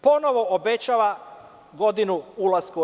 Ponovo obećava godinu ulaska u EU.